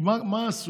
כי מה עשו?